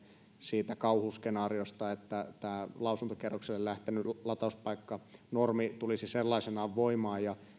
siitä kauhuskenaariosta että tämä lausuntokierrokselle lähtenyt latauspaikkanormi tulisi sellaisenaan voimaan ja